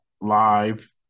live